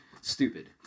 Stupid